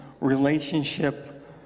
relationship